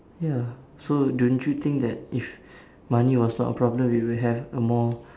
ya so don't you think that if money was not a problem we would have a more